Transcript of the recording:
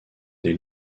des